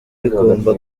bigomba